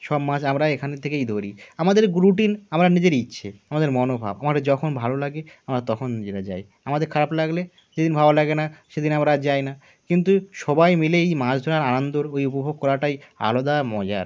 সব মাছ আমরা এখানে থেকেই ধরি আমাদের রুটিন আমরা নিজের ইচ্ছে আমাদের মনোভাব আমাদের যখন ভালো লাগে আমরা তখন নিজেরা যাই আমাদের খারাপ লাগলে যে দিন ভালো লাগে না সেদিন আমরা আর যাই না কিন্তু সবাই মিলে মাছ ধরার আনন্দর ওই উপভোগ করাটাই আলাদা মজার